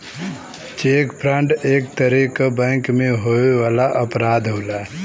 check fraud एक तरे क बैंक में होए वाला अपराध होला